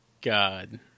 God